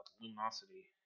Luminosity